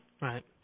Right